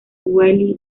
wally